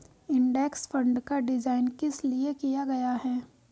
Index fund का design किस लिए किया गया है?